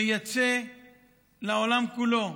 מייצא לעולם כולו,